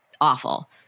awful